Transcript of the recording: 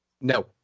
No